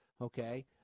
okay